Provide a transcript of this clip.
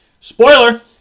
spoiler